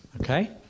okay